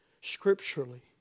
scripturally